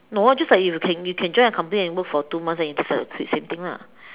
no just like you can you can join a company and work for two months then you start to quite same thing lah